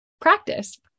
practice